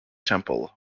temple